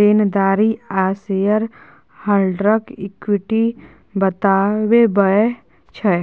देनदारी आ शेयर हॉल्डरक इक्विटी बताबै छै